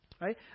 Right